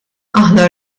aħna